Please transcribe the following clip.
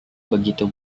begitu